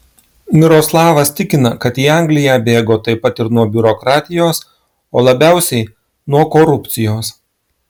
miroslavas tikina kad į angliją bėgo taip pat ir nuo biurokratijos o labiausiai nuo korupcijos